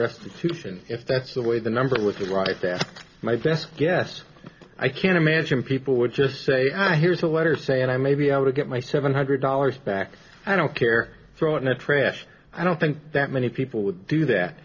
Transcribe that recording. restitution if that's the way the number would be right that's my best guess i can't imagine people would just say i here's a letter saying i may be able to get my seven hundred dollars back i don't care throw it in the trash i don't think that many people would do that